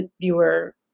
viewer